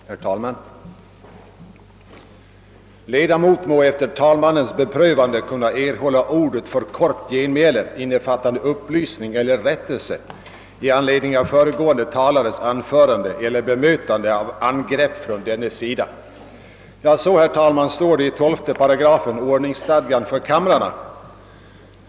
Herr talman! Ledamot må »efter talmannens beprövande kunna erhålla ordet för kort genmäle, innefattande upplysning eller rättelse i anledning av föregående talares anförande eller bemötande av angrepp från dennes sida». Så står det i 12 § ordningsstadgan för kamrarna.